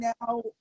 now